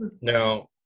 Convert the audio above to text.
Now